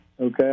okay